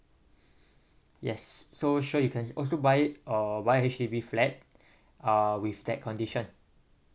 yes so sure you can also buy it uh buy a H_D_B flat uh with that condition